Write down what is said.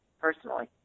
personally